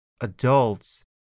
adults